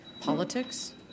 politics